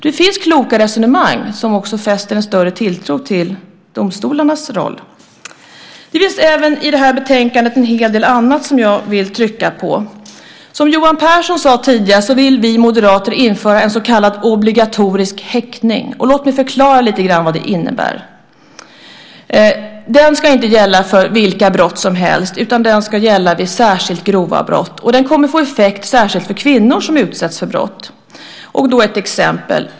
Det finns kloka resonemang som också fäster en större tilltro till domstolarnas roll. Det finns i det här betänkandet även en hel del annat som jag vill trycka på. Som Johan Pehrson sade tidigare vill vi moderater införa en så kallad obligatorisk häktning. Låt mig förklara lite grann vad det innebär. Den ska inte gälla för vilka brott som helst, utan den ska gälla vid särskilt grova brott. Den kommer att få effekt särskilt för kvinnor som utsätts för brott. Jag har ett exempel.